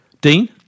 Dean